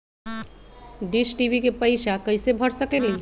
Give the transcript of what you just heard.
Dish TV के पैईसा कईसे भर सकली?